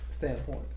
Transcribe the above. standpoint